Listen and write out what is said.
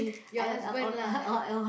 your husband lah